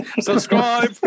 subscribe